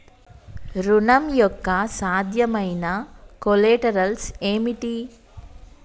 ఋణం యొక్క సాధ్యమైన కొలేటరల్స్ ఏమిటి?